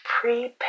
prepare